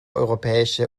europäische